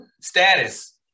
status